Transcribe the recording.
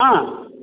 ஆ